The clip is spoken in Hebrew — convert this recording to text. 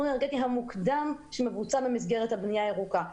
האנרגטי המוקדם שמבוצע במסגרת הבנייה הירוקה.